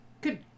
Good